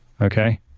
Okay